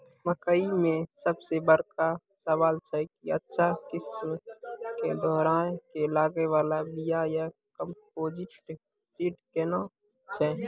मकई मे सबसे बड़का सवाल छैय कि अच्छा किस्म के दोहराय के लागे वाला बिया या कम्पोजिट सीड कैहनो छैय?